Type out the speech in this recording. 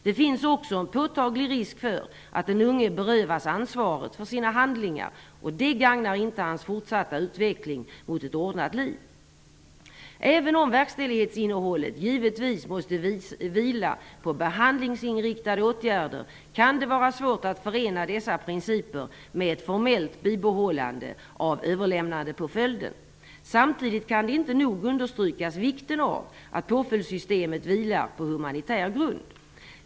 Det finns också en påtaglig risk för att den unge berövas ansvaret för sina handlingar, och det gagnar inte hans fortsatta utveckling mot ett ordnat liv. Även om verkställighetsinnehållet givetvis måste vila på behandlingsinriktade åtgärder, kan det vara svårt att förena dessa principer med ett formellt bibehållande av överlämnandepåföljden. Samtidigt kan man inte nog understryka vikten av att påföljdssystemet vilar på humanitär grund.